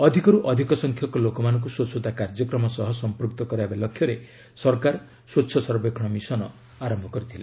ଅଧିକରୁ ଅଧିକ ସଂଖ୍ୟକ ଲୋକମାନଙ୍କୁ ସ୍ୱଚ୍ଛତା କାର୍ଯ୍ୟକ୍ରମ ସହ ସଂପୃକ୍ତ କରାଇବା ଲକ୍ଷ୍ୟରେ ସରକାର ସ୍ୱଚ୍ଛ ସର୍ବେକ୍ଷଣ ମିଶନ ଆରମ୍ଭ କରିଥିଲେ